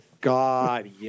God